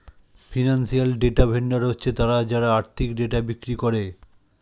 financial data vendor হচ্ছে তারা যারা আর্থিক ডেটা বিক্রি করে